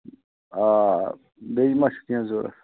آ بیٚیہِ ما چھُ کیٚنٛہہ ضروٗرت